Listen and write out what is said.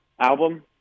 album